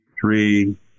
Three